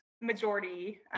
majority